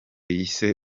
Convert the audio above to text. yise